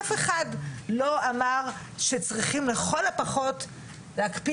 אף אחד לא אמר שצריכים לכל הפחות להקפיא